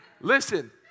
Listen